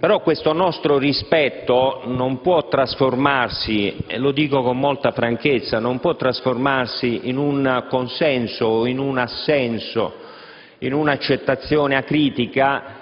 Però, questo nostro rispetto non può trasformarsi - lo dico con molta franchezza - in un consenso, in un assenso, in un'accettazione acritica,